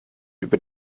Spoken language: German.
über